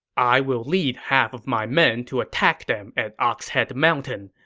i will lead half of my men to attack them at ox head mountain.